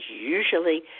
usually